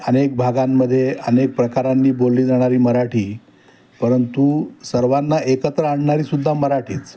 अनेक भागांमध्ये अनेक प्रकारांनी बोलली जाणारी मराठी परंतु सर्वांना एकत्र आणणारीसुद्धा मराठीच